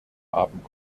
haben